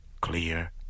clear